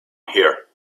here